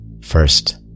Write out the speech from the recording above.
First